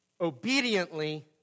obediently